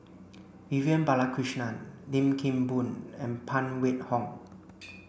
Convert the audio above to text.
Vivian Balakrishnan Lim Kim Boon and Phan Wait Hong